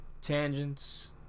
Tangents